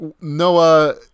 noah